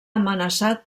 amenaçat